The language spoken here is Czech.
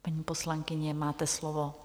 Paní poslankyně, máte slovo.